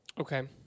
Okay